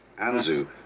Anzu